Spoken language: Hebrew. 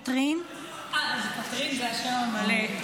קטרין זה השם המלא.